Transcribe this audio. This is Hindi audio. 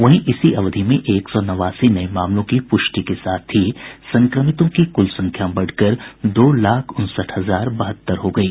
वहीं इसी अवधि में एक सौ नवासी नये मामलों की प्रष्टि के साथ ही संक्रमितों की कुल संख्या बढ़कर दो लाख उनसठ हजार बहत्तर हो गयी